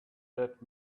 that